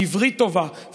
עברית טובה,